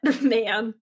man